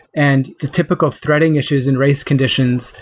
and typical threading issues and race conditions,